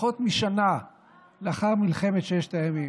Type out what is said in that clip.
פחות משנה לאחר מלחמת ששת הימים.